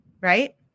right